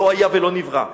לא היה ולא נברא.